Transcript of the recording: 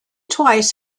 twice